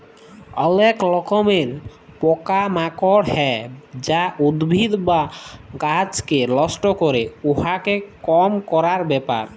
অলেক রকমের পকা মাকড় হ্যয় যা উদ্ভিদ বা গাহাচকে লষ্ট ক্যরে, উয়াকে কম ক্যরার ব্যাপার